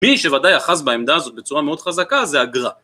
מי שוודאי אחז בעמדה הזאת בצורה מאוד חזקה זה הגר"א.